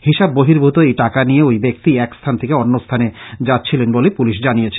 হিসাব বহিভুত এই টাকা নিয়ে ওই ব্যাক্তি এক স্থান থেকে অন্য স্থানে যাচ্ছিলেন বলে পুলিশ জানিয়েছে